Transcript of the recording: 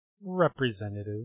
Representative